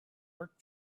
work